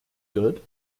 good